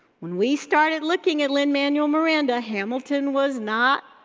when we started looking at lin-manuel miranda, hamilton was not